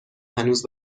هنوز